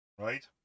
Right